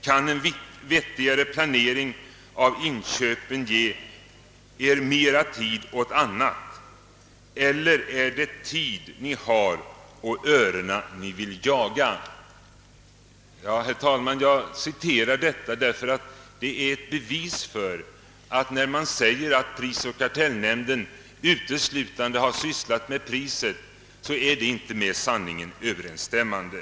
Kan en vettigare planering av inköpen ge er mera tid åt annat, eller är det tid ni har och örena ni vill jaga?» Herr talman! Jag har citerat detta för att det är ett bevis för att när man säger att prisoch kartellnämnden uteslutande har sysslat med priset så är det inte med sanningen Ööverensstämmande.